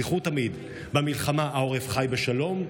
זכרו תמיד: במלחמה העורף חי בשלום,